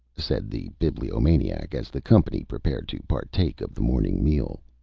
said the bibliomaniac, as the company prepared to partake of the morning meal.